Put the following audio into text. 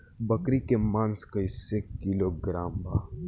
बकरी के मांस कईसे किलोग्राम बा?